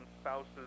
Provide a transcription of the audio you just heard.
spouses